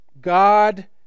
God